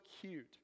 cute